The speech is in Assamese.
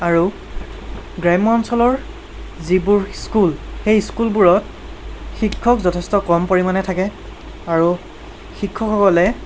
আৰু গ্ৰাম্য অঞ্চলৰ যিবোৰ স্কুল সেই স্কুলবোৰত শিক্ষক যথেষ্ট কম পৰিমাণে থাকে আৰু শিক্ষকসকলে